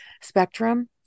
spectrum